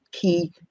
key